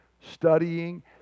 studying